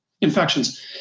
infections